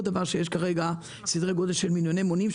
אין כרגע סדרי גודל של מיליוני מונים,